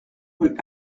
rue